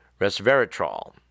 resveratrol